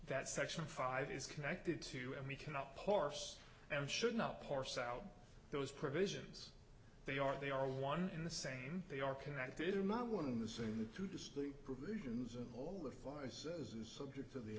that section five is connected to and we cannot parse and should not parse out those provisions they are they are one in the same they are connected or not one in the same two distinct provisions and all the flies as is subject to the